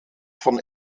von